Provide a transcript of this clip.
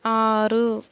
ఆరు